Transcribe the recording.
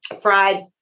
fried